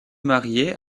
marié